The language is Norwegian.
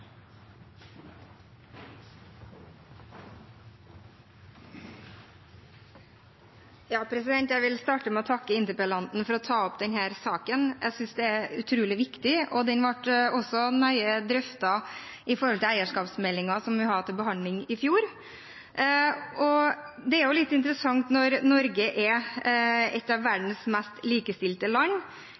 utrolig viktig, og den ble også nøye drøftet i forbindelse med eierskapsmeldingen, som vi hadde til behandling i fjor. Det er litt interessant, ut fra at Norge er et av verdens mest likestilte land,